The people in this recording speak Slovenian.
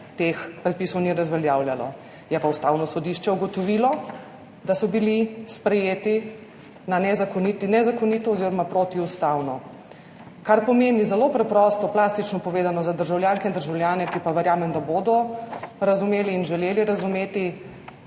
teh predpisov ni razveljavljalo. Je pa Ustavno sodišče ugotovilo, da so bili sprejeti nezakonito oziroma protiustavno, kar pomeni zelo preprosto, plastično povedano za državljanke in državljane, ki pa verjamem, da bodo razumeli in želeli razumeti,